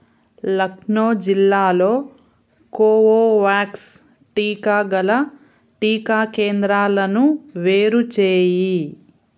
లక్నో జిల్లాలో కోవోవ్యాక్స్ టీకా గల టీకా కేంద్రాలను వేరు చేయి